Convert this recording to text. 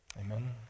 Amen